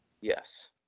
Yes